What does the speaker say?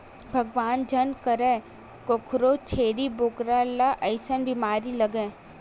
भगवान झन करय कखरो छेरी बोकरा ल अइसन बेमारी लगय